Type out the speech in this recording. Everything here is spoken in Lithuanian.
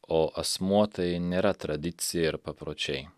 o asmuo tai nėra tradicija ir papročiai